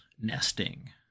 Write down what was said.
nesting